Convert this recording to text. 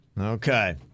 Okay